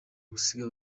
gusiga